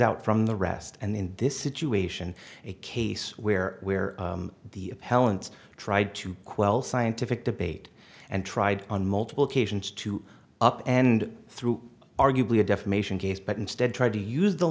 out from the rest and in this situation a case where where the appellant's tried to quell scientific debate and tried on multiple occasions to up and through arguably a defamation case but instead tried to use the